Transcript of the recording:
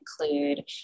include